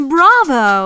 Bravo